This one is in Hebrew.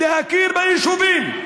להכיר ביישובים.